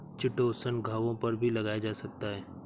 chitosan घावों पर भी लगाया जा सकता है